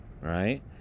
right